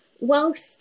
whilst